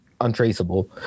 Untraceable